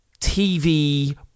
TV